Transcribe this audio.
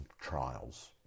trials